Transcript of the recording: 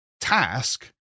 task